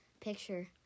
picture